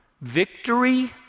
victory